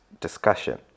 discussion